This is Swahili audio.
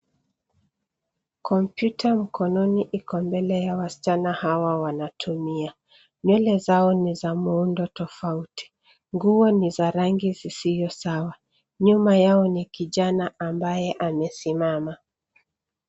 Kompyuta mkononi iko mbele ya wasichana hawa wanatumia. Nywele zao ni za muundo tofauti, nguo ni za rangi zisizo sawa. Nyuma yao ni kijana ambaye amesimama.